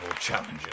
challenges